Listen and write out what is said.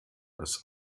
das